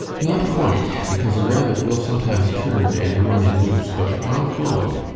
not quite, because a rabbit will sometimes turn and run in loops, but i'll follow.